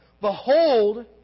Behold